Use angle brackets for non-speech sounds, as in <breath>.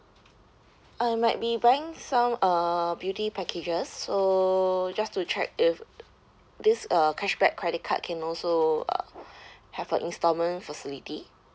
I might be buying some uh beauty packages so just to check if this uh cashback credit card can also uh <breath> have a instalment facility